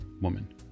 woman